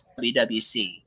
WWC